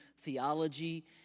theology